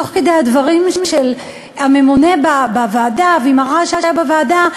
תוך כדי הדברים של הממונה בוועדה ועם הרעש שהיה בוועדה,